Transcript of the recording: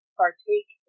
partake